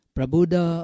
Prabuda